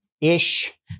ish